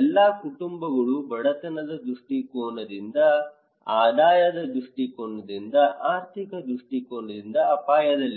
ಎಲ್ಲಾ ಕುಟುಂಬಗಳು ಬಡತನದ ದೃಷ್ಟಿಕೋನದಿಂದ ಆದಾಯದ ದೃಷ್ಟಿಕೋನದಿಂದ ಆರ್ಥಿಕ ದೃಷ್ಟಿಕೋನದಿಂದ ಅಪಾಯದಲ್ಲಿವೆ